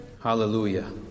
Hallelujah